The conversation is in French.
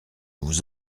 vous